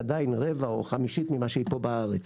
אבל היא עדיין 1/4 או 1/5 ממה שהיא כאן בארץ.